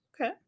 Okay